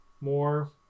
more